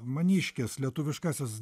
maniškis lietuviškasis